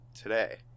today